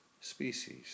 species